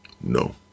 no